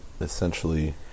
essentially